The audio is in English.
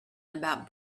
about